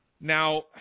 now